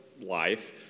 Life